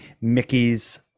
Mickey's